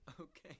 Okay